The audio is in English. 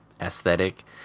aesthetic